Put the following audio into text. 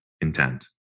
intent